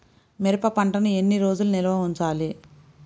మిరప పంటను ఎన్ని రోజులు నిల్వ ఉంచాలి?